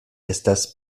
estas